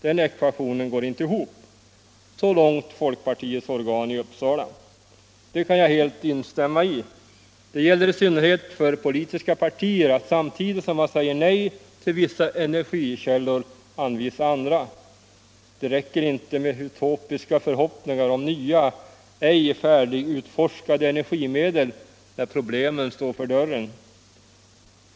Den ekvationen går inte ihop.” Så långt folkpartiets organ i Uppsala län. = Detta kan jag helt instämma i. Det gäller i synnerhet för politiska partier att samtidigt som man säger nej till vissa energikällor anvisa andra. Det räcker inte med utopiska förhoppningar om nya, ej färdigutforskade energimedel, när problemen står för dörren.